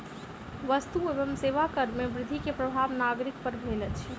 वस्तु एवं सेवा कर में वृद्धि के प्रभाव नागरिक पर भेल अछि